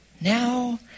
Now